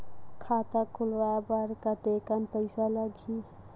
खाता खुलवाय बर कतेकन पईसा लगही?